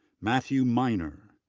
matthew miner,